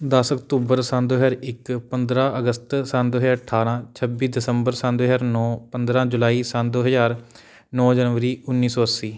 ਦਸ ਅਕਤੂਬਰ ਸੰਨ ਦੋ ਹਜ਼ਾਰ ਇੱਕ ਪੰਦਰ੍ਹਾਂ ਅਗਸਤ ਸੰਨ ਦੋ ਹਜ਼ਾਰ ਅਠਾਰ੍ਹਾਂ ਛੱਬੀ ਦਸੰਬਰ ਸੰਨ ਦੋ ਹਜ਼ਾਰ ਨੌ ਪੰਦਰ੍ਹਾਂ ਜੁਲਾਈ ਸੰਨ ਦੋ ਹਜ਼ਾਰ ਨੌ ਜਨਵਰੀ ਉੱਨੀ ਸੌ ਅੱਸੀ